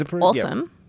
awesome